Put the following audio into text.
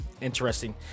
interesting